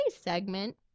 segment